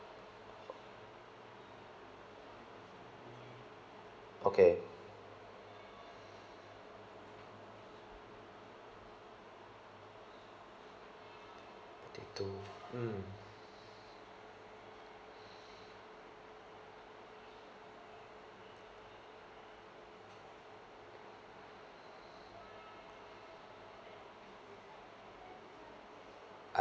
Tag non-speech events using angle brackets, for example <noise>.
<breath> <noise> okay <breath> take two mm <breath>